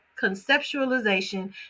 conceptualization